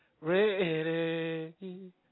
ready